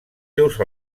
seus